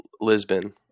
Lisbon